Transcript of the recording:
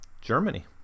Germany